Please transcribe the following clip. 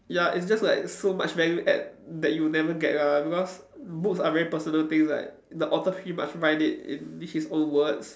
ya it's just like so much value add that you'll never get ah because books are very personal things like the author pretty much write it in his own words